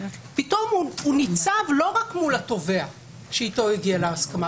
פתאום הוא ניצב לא רק מול התובע שאיתו הוא הגיע להסכמה,